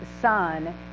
son